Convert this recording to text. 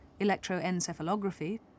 electroencephalography